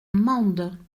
mende